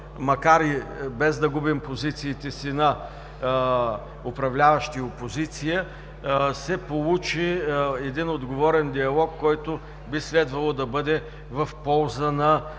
макар и без да губим позициите си на управляващи и опозиция, че се получи един отговорен диалог, който би следвало да бъде в полза на